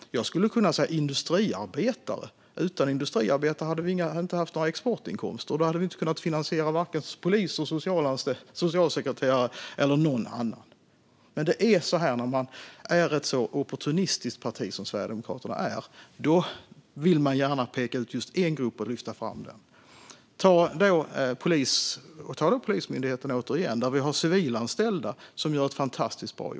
Jag skulle kunna säga industriarbetare. Utan industriarbetare hade vi inte haft några exportinkomster, och då hade vi inte kunnat finansiera vare sig poliser eller socialsekreterare eller någon annan. Men det är så här när man är ett så opportunistiskt parti som Sverigedemokraterna är. Då vill man gärna peka ut just en grupp och lyfta fram den. Ta Polismyndigheten, återigen, där vi har civilanställda som gör ett fantastiskt jobb.